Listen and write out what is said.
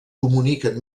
comuniquen